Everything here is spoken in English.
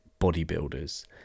bodybuilders